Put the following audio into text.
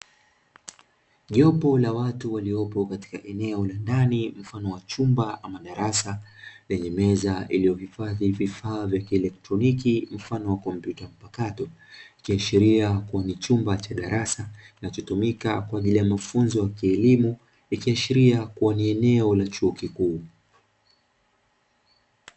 Jopo la watu waliopo katika eneo la ndani mfano wa chumba ama darasa lenye meza iliyohifadhi vifaa vya kielektroniki mfano wa kompyuta mpakato ikiashiria kuwa ni chumba cha darasa kinachotumika kwa ajili ya mafunzo wa kielimu ikiashiria kuwa ni eneo la chuo kikuu.